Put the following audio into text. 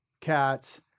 cats